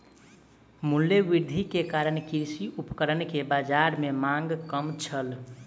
मूल्य वृद्धि के कारण कृषि उपकरण के बाजार में मांग कम छल